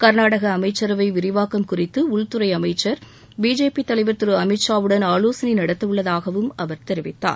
கர்நாடக அமைச்சரவை விரிவாக்கம் குறித்து உள்துறை அமைச்சர் பிஜேபி தலைவருமான திரு அமித் ஷாவுடன் ஆலோசனை நடத்த உள்ளதாகவும் அவர் தெரிவித்தார்